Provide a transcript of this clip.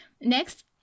next